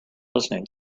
listening